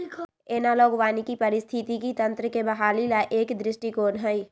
analogue वानिकी पारिस्थितिकी तंत्र के बहाली ला एक दृष्टिकोण हई